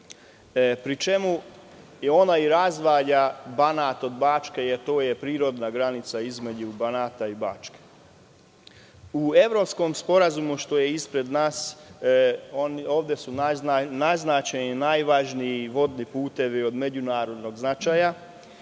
pri čemu ona i razdvaja Banat od Bačke, jer to je prirodna granica između Banata i Bačke.U Evropskom sporazumu koji je ispred nas, ovde su naznačeni najvažniji vodni putevi od međunarodnog značaja